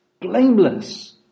Blameless